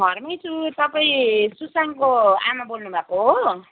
घरमै छु तपाईँ सुसाङको आमा बोल्नु भएको हो